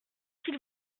qu’il